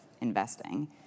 investing